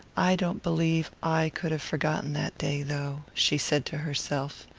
i don't believe i could have forgotten that day, though, she said to herself.